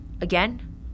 Again